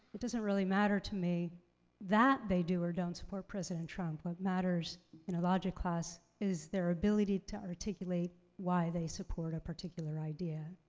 it doesn't really matter to me that they do or don't support president trump. what matters in a logic class is their ability to articulate why they support a particular idea.